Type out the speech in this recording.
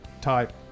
type